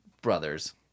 brothers